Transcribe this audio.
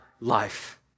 life